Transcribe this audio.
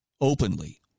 openly